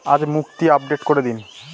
আজ মুক্তি আপডেট করে দিন